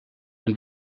and